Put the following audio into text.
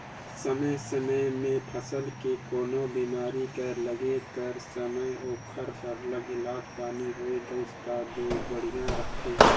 समे समे में फसल के कोनो बेमारी कर लगे कर समे ओकर सरलग इलाज पानी होए गइस तब दो बड़िहा रहथे